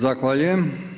Zahvaljujem.